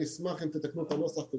אני אשמח אם תתקנו את הנוסח.